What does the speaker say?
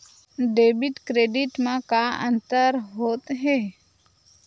Debit credit मा का अंतर होत हे?